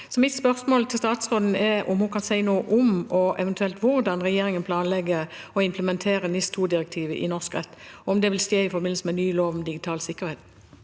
Mitt spørsmål til statsråden er om hun kan si noe om og eventuelt hvordan regjeringen planlegger å implementere NIS2-direktivet i norsk rett – om det vil skje i forbindelse med ny lov om digital sikkerhet.